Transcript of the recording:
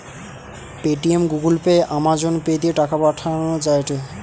Paytm, Google pay, Amazon pay দিয়ে টাকা পাঠান যায়টে